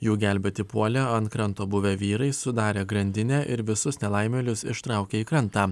jų gelbėti puolė ant kranto buvę vyrai sudarę grandinę ir visus nelaimėlius ištraukė į krantą